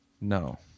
No